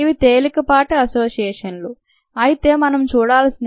ఇవి తేలికపాటి అసోసియేషన్ లు అయితే మనం చూడాల్సిన వి rp α rx